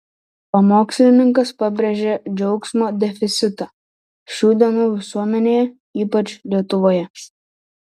pamokslininkas pabrėžė džiaugsmo deficitą šių dienų visuomenėje ypač lietuvoje